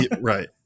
right